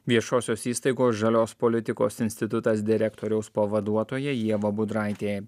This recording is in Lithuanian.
viešosios įstaigos žalios politikos institutas direktoriaus pavaduotoja ieva budraitė